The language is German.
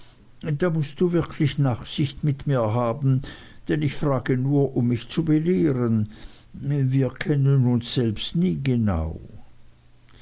da mußt du wirklich nachsicht mit mir haben denn ich frage nur um mich zu belehren wir kennen uns selbst nie genau